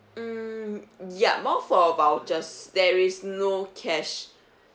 mm ya more for vouchers there is no cash